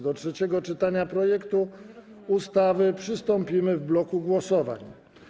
Do trzeciego czytania projektu ustawy przystąpimy w bloku głosowań.